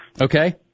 Okay